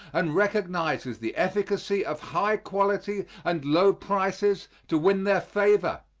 and recognizes the efficacy of high quality and low prices to win their favor.